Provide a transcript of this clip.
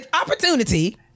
opportunity